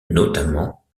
notamment